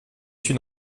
une